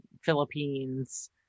Philippines